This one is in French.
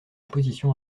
position